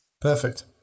Perfect